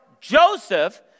Joseph